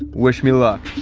wish me luck.